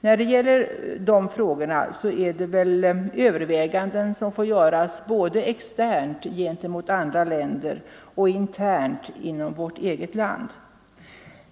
I dessa frågor får väl överväganden göras både externt gentemot andra länder och internt inom vårt eget land.